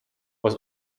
was